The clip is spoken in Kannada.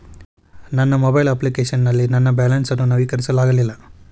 ನನ್ನ ಮೊಬೈಲ್ ಅಪ್ಲಿಕೇಶನ್ ನಲ್ಲಿ ನನ್ನ ಬ್ಯಾಲೆನ್ಸ್ ಅನ್ನು ನವೀಕರಿಸಲಾಗಿಲ್ಲ